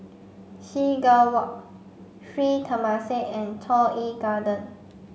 Seagull Walk Sri Temasek and Toh Yi Garden